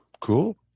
Cool